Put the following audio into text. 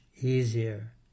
easier